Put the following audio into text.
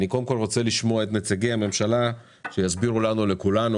אני קודם כל רוצה לשמוע את נציגי הממשלה שיסבירו לכולנו